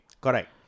Correct